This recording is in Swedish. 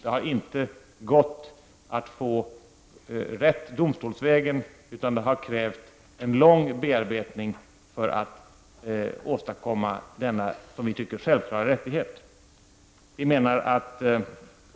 Det har inte gått att få rätt domstolsvägen, utan det har krävts en lång bearbetning för att åstadkomma denna, som vi tycker, självklara rättighet.